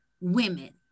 women